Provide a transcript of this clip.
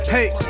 Hey